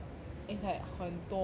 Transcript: it's like 很多 eh